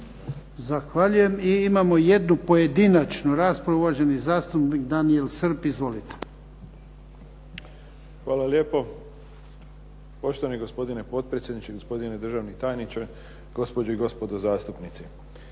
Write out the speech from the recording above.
Zahvaljujem. I imamo jednu pojedinačnu raspravu. Uvaženi zastupnik Daniel Srb. Izvolite. **Srb, Daniel (HSP)** Hvala lijepo. Poštovani gospodine potpredsjedniče, gospodine državni tajniče, gospođe i gospodo zastupnici.